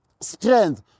strength